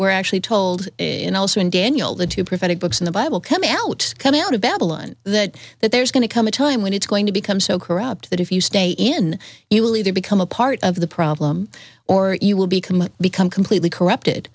we're actually told in also in daniel the two prophetic books in the bible coming out coming out of babylon that that there's going to come a time when it's going to become so corrupt that if you stay in you will either become a part of the problem or you will become become completely corrupted